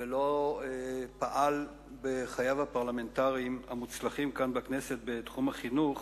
ולא פעל בחייו הפרלמנטריים המוצלחים כאן בכנסת בתחום החינוך,